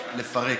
לפרק, לפרק.